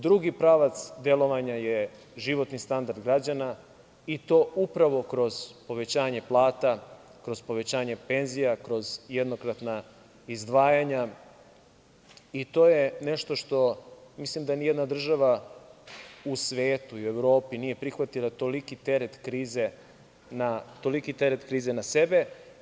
Drugi pravac delovanja je životne standard građana i to upravo kroz povećanje plata, kroz povećanje penzija, kroz jednokratna izdvajanja i to je nešto što mislim da nijedna država u svetu i Evropi nije prihvatila toliki teret krize na sebe.